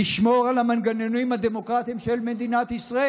לשמור על המנגנונים הדמוקרטיים של מדינת ישראל.